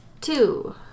Two